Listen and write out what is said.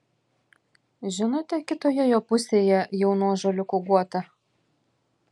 žinote kitoje jo pusėje jaunų ąžuoliukų guotą